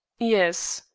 yes.